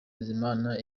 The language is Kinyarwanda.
bizimana